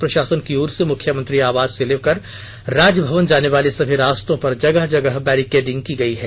प्रशासन की ओर से मुख्यमंत्री आवास से लेकर राजभवन जानेवाले सभी रास्तों पर जगह जगह बैरिकेडिंग की गई है